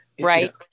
right